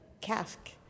cask